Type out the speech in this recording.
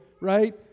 right